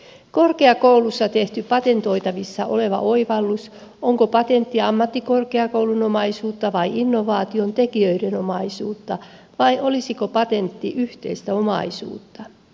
jos on korkeakoulussa tehty patentoitavissa oleva oivallus onko patentti ammattikorkeakoulun omaisuutta vai innovaation tekijöiden omaisuutta vai olisiko patentti yhteistä omaisuutta